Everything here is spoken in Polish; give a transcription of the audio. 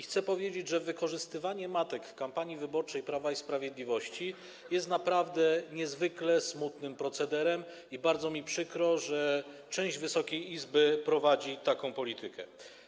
Chcę powiedzieć, że wykorzystywanie matek w kampanii wyborczej Prawa i Sprawiedliwości jest naprawdę niezwykle smutnym procederem, i bardzo mi przykro, że część Wysokiej Izby prowadzi taką politykę.